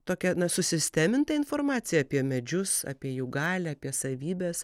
tokia susisteminta informacija apie medžius apie jų galią apie savybes